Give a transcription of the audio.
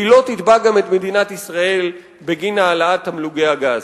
והיא לא תתבע גם את מדינת ישראל בגין העלאת תמלוגי הגז.